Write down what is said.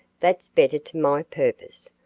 that's better to my purpose,